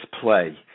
play